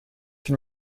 can